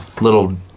little